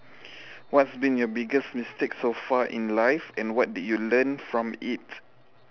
what's been your biggest mistake in life so far and what did you learn from it